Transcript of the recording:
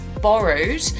borrowed